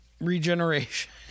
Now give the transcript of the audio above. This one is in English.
Regeneration